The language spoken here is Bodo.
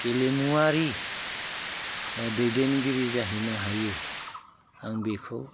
गेलेमुआरि दैदेनगिरि जाहैनो हायो आं बेखौ